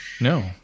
No